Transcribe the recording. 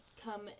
come